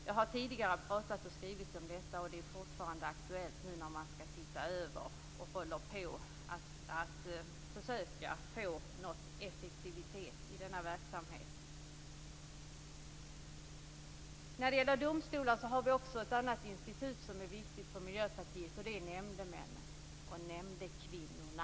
Jag har tidigare talat och skrivit om detta, och det är fortfarande aktuellt nu när man skall se över denna verksamhet och försöker åstadkomma effektivitet i den. I domstolarna har vi också ett annat institut som är viktigt för Miljöpartiet, och det är nämndemännen och nämndekvinnorna.